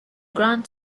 grant